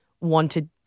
wanted